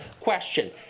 Question